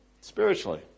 spiritually